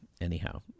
anyhow